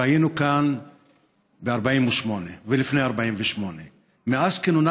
והיינו כאן ב-48' ולפני 48'. מאז כינונה